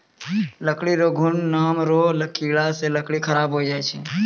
लकड़ी रो घुन नाम रो कीड़ा से लकड़ी खराब होय जाय छै